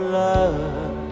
love